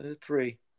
Three